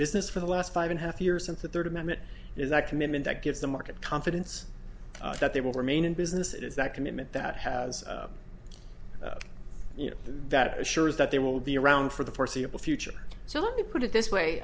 business for the last five and a half years since the third amendment is that commitment that gives the market confidence that they will remain in business it is that commitment that has you know that assures that they will be around for the foreseeable future so let me put it this way